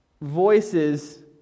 voices